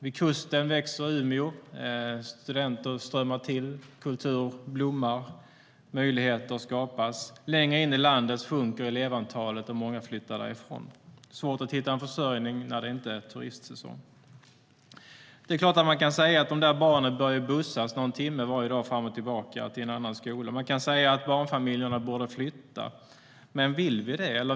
Vid kusten växer Umeå, studenter strömmar till, kultur blommar och möjligheter skapas. Längre in i landet sjunker elevantalet, och många flyttar därifrån. Det är svårt att hitta en försörjning när det inte är turistsäsong. Det är klart att man kan säga att dessa barn bör bussas någon timme varje dag fram och tillbaka till en annan skola. Man kan säga att barnfamiljerna borde flytta, men vill vi det?